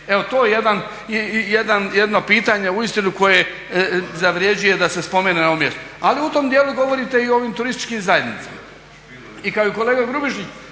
Evo to je jedan i jedno pitanje uistinu koje zavrjeđuje da se spomene na ovom mjestu. Ali u tom djelu govorite i o ovom turističkim zajednicama. I kao i je kolega Grubišić